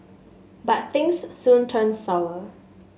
but things soon turned sour